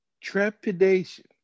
Trepidation